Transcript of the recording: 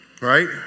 right